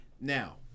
Now